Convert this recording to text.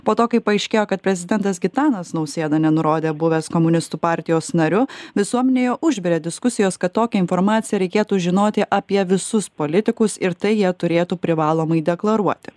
po to kai paaiškėjo kad prezidentas gitanas nausėda nenurodė buvęs komunistų partijos nariu visuomenėje užvirė diskusijos kad tokią informaciją reikėtų žinoti apie visus politikus ir tai jie turėtų privalomai deklaruoti